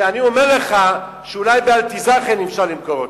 ואני אומר לך שאולי ב"אלטעזאכן" אפשר למכור אותם.